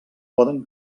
poden